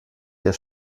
der